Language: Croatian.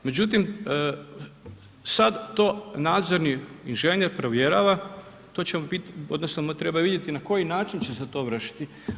Međutim, sad to nadzorni inženjer provjerava, to će biti, odnosno treba vidjeti na koji način će se to vršili.